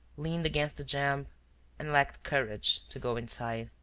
leaned against the jamb and lacked courage to go inside.